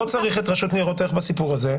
לא צריך את הרשות לניירות ערך בסיפור הזה.